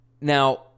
Now